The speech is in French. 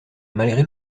malgré